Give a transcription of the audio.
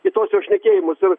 į tuos jo šnekėjimus ir